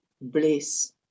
bliss